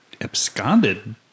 absconded